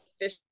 fish